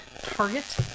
Target